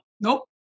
nope